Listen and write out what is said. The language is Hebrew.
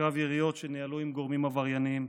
בקרב יריות שניהלו עם גורמים עברייניים.